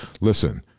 Listen